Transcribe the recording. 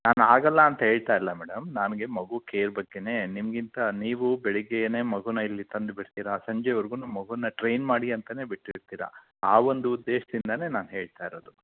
ನಾನು ಆಗೋಲ್ಲ ಅಂತ ಹೇಳ್ತಾ ಇಲ್ಲ ಮೇಡಮ್ ನನಗೆ ಮಗು ಕೇರ್ ಬಗ್ಗೆಯೇ ನಿಮಗಿಂತ ನೀವು ಬೆಳಗ್ಗೆಯೇ ಮಗೂನ ಇಲ್ಲಿ ತಂದು ಬಿಡ್ತೀರಾ ಸಂಜೆವರ್ಗು ಮಗೂನ ಟ್ರೈನ್ ಮಾಡಿ ಅಂತಲೇ ಬಿಟ್ಟಿರ್ತೀರಾ ಆ ಒಂದು ಉದ್ದೇಶದಿಂದನೇ ನಾನು ಹೇಳ್ತಾ ಇರೋದು